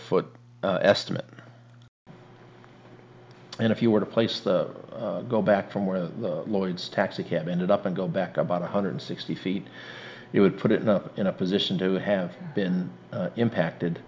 foot estimate and if you were to place the go back from where the lloyd's taxicab ended up and go back about one hundred sixty feet it would put it in a in a position to have been impacted